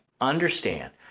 Understand